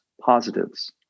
positives